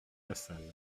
lassalle